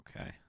Okay